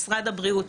ומשרד הבריאות.